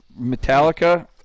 Metallica